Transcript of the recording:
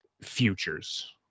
futures